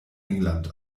england